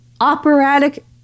operatic